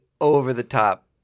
over-the-top